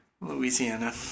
Louisiana